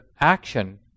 action